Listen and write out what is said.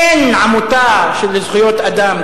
אין עמותה של זכויות אדם,